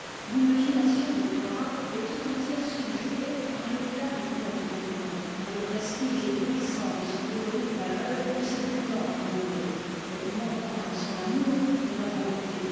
de clara est tout entière subjuguée par l'éclat du comte d'egmont par le prestige éblouissant de son héroïque valeur et de sa brillante renommée egmont a dans son amour de la bonté